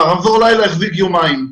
רמזור לילה החזיק יומיים.